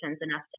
enough